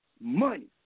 money